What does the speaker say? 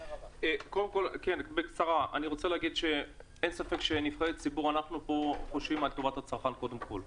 אין ספק שכנבחרי ציבור אנחנו חושבים על טובת הצרכן קודם כל.